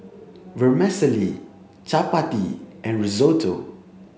vermicelli chapati and risotto